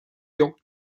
york